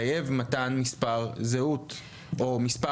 מחייב מתן מספר זהות או מספר סידורי קבוע?